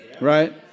Right